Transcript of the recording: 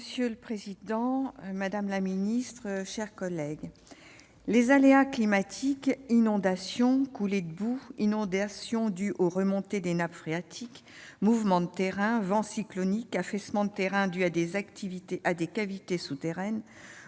Monsieur le président, madame la ministre, chers collègues, aléas climatiques, inondations, coulées de boue, inondations dues aux remontées des nappes phréatiques, mouvements de terrain, vents cycloniques, affaissements de terrain dus à des cavités souterraines,